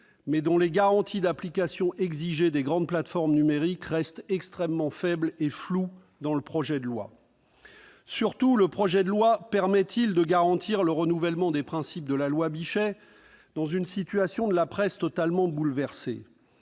Toutefois, les garanties d'application exigées des grandes plateformes numériques restent extrêmement faibles et floues dans la rédaction du projet de loi. Surtout, ce texte permet-il de garantir le renouvellement des principes de la loi Bichet dans une situation où la presse est totalement bouleversée ?